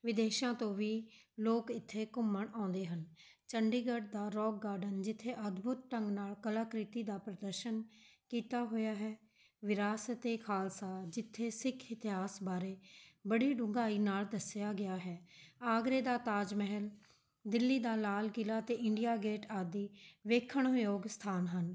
ਵਿਦੇਸ਼ਾਂ ਤੋਂ ਵੀ ਲੋਕ ਇੱਥੇ ਘੁੰਮਣ ਆਉਂਦੇ ਹਨ ਚੰਡੀਗੜ੍ਹ ਦਾ ਰੌਕ ਗਾਰਡਨ ਜਿੱਥੇ ਅਦਭੁਤ ਢੰਗ ਨਾਲ਼ ਕਲਾਕ੍ਰਿਤੀ ਦਾ ਪ੍ਰਦਰਸ਼ਨ ਕੀਤਾ ਹੋਇਆ ਹੈ ਵਿਰਾਸਤ ਏ ਖਾਲਸਾ ਜਿੱਥੇ ਸਿੱਖ ਇਤਿਹਾਸ ਬਾਰੇ ਬੜੀ ਡੂੰਘਾਈ ਨਾਲ਼ ਦੱਸਿਆ ਗਿਆ ਹੈ ਆਗਰੇ ਦਾ ਤਾਜ ਮਹਿਲ ਦਿੱਲੀ ਦਾ ਲਾਲ ਕਿਲ੍ਹਾ ਅਤੇ ਇੰਡੀਆ ਗੇਟ ਆਦਿ ਵੇਖਣ ਯੋਗ ਸਥਾਨ ਹਨ